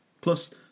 Plus